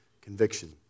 conviction